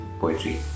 poetry